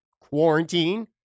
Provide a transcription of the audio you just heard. quarantine